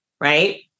right